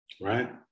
Right